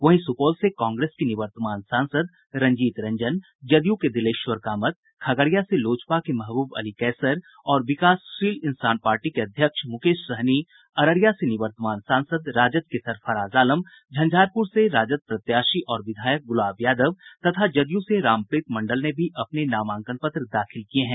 वहीं सुपौल से कांग्रेस की निवर्तमान सांसद रंजीत रंजन जदयू के दिलेश्वर कामत खगड़िया से लोजपा के महबूब अली कैसर और विकासशील इंसान पार्टी के अध्यक्ष मुकेश सहनी अररिया से निवर्तमान सांसद राजद के सरफराज आलम झंझारपुर से राजद प्रत्याशी और विधायक गुलाब यादव तथा जदयू से रामप्रीत मंडल ने भी अपने नामांकन पत्र दाखिल किये हैं